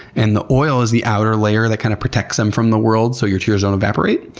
and the oil is the outer layer that kind of protects them from the world, so your tears don't evaporate.